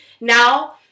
now